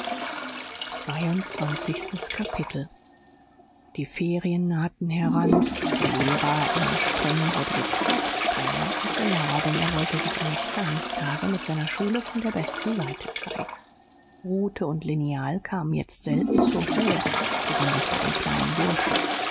zweiundzwanzigstes kapitel die ferien nahten heran der lehrer immer streng wurde jetzt noch strenger und genauer denn er wollte sich am examenstage mit seiner schule von der besten seite zeigen rute und lineal kamen jetzt selten zur ruhe besonders bei den kleinen burschen